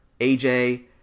aj